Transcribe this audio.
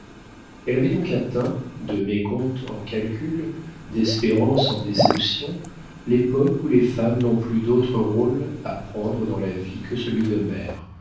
elle avait donc atteint de mécomptes en calculs d'espérances en déceptions l'époque où les femmes n'ont plus d'autre rôle à prendre dans la vie que celui de mère